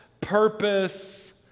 purpose